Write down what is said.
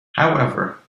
however